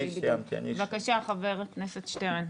בבקשה, חבר הכנסת שטרן.